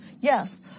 Yes